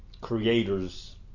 creators